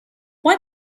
why